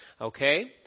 okay